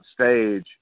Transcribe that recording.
stage